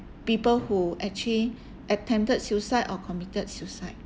people who actually attempted suicide or committed suicide